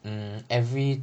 mm every